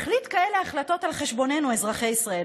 מחליט כאלה החלטות על חשבוננו, אזרחי ישראל.